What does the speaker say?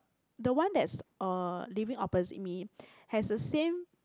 the one that's uh living opposite me has the same